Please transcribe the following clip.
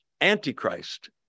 Antichrist